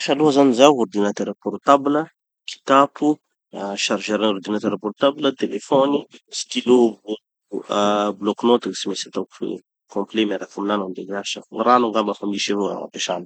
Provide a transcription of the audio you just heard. hiasa aloha zany zaho. Ordinateur portable, kitapo, ah chargeur ordinateur portable, telefony, stylo vô ah bloc-note gny tsy maintsy ataoko feno, complet miaraky aminaha mandeha miasa. Gny rano angamba fa misy avao agny ampesana agny.